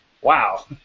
Wow